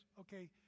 Okay